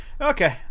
Okay